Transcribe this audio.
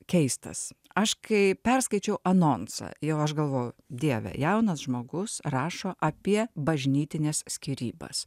keistas aš kai perskaičiau anonsą jau aš galvoju dieve jaunas žmogus rašo apie bažnytines skyrybas